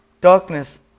darkness